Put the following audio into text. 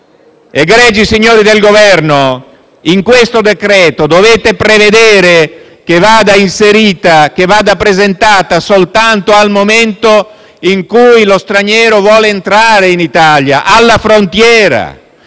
Egregi signori del Governo, in questo decreto-legge dovete prevedere che la domanda di asilo vada presentata soltanto nel momento in cui lo straniero vuole entrare in Italia, alla frontiera,